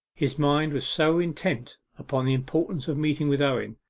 his mind was so intent upon the importance of meeting with owen,